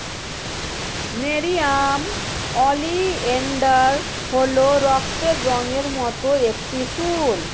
nerium oleander হল রক্তের রঙের মত একটি ফুল